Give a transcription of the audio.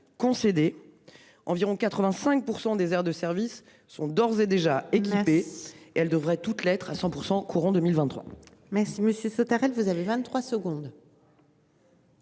concédé environ 85% des aires de service sont d'ores et déjà équipés et elle devrait toutes lettres à 100% courant 2023. Merci monsieur Sautarel, vous avez 23 secondes.